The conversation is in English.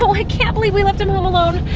i can't believe we left him him alone.